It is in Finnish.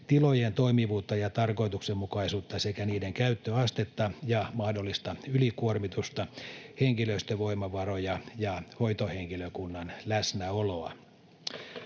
tilojen toimivuutta ja tarkoituksenmukaisuutta sekä niiden käyttöastetta ja mahdollista ylikuormitusta, henkilöstövoimavaroja ja hoitohenkilökunnan läsnäoloa.